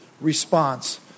response